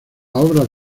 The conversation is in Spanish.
obras